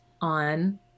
on